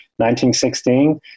1916